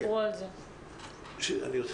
אני יודע.